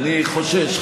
אני חושש,